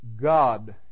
God